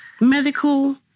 medical